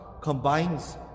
combines